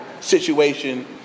situation